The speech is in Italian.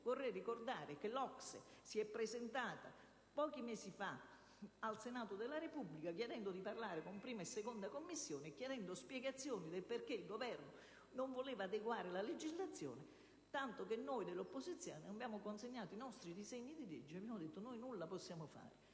Vorrei ricordare che l'OCSE si è presentata pochi mesi fa al Senato della Repubblica, chiedendo di parlare con la 1a e la 2a Commissione, per avere spiegazioni del perché il Governo non voleva adeguare la legislazione. Sul punto al contesto europeo noi dell'opposizione abbiamo consegnato i nostri disegni di legge e abbiamo detto che nulla possiamo fare